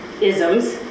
isms